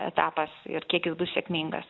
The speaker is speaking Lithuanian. etapas ir kiek jis bus sėkmingas